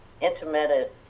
intermittent